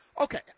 Okay